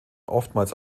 oftmals